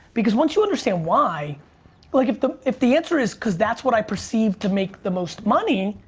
because once you understand why like, if the if the answer is cause that's what i perceive to make the most money.